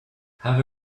have